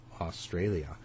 Australia